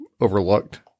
overlooked